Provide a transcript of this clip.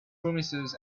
promises